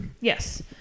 Yes